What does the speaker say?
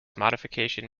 modification